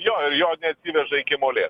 jo ir jo neatsiveža iki molėtų